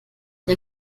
der